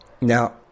Now